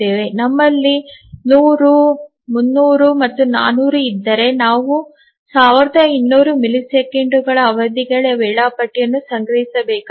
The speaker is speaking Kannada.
ನಮ್ಮಲ್ಲಿ 100 300 ಮತ್ತು 400 ಇದ್ದರೆ ನಾವು 1200 ಮಿಲಿಸೆಕೆಂಡುಗಳ ಅವಧಿಗೆ ವೇಳಾಪಟ್ಟಿಯನ್ನು ಸಂಗ್ರಹಿಸಬೇಕಾಗುತ್ತದೆ